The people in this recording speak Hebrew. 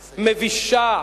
מבישה,